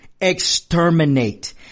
exterminate